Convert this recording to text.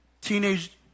teenage